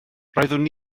roeddwn